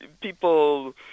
people